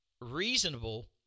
reasonable